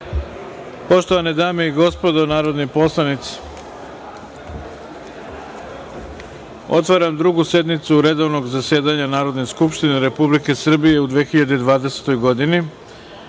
Poštovane dame i gospodo narodni poslanici, otvaram Drugu sednicu redovnog zasedanja Narodne skupštine Republike Srbije u 2020. godini. Na